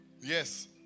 Yes